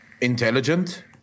intelligent